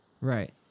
Right